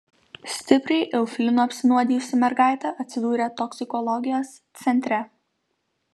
stipriai eufilinu apsinuodijusi mergaitė atsidūrė toksikologijos centre